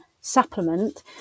supplement